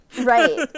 right